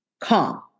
calm